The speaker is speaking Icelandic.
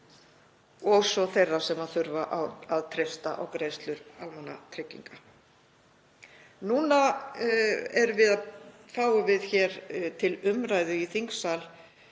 og svo þeirra sem þurfa að treysta á greiðslur almannatrygginga. Nú fáum við hér til umræðu í þingsal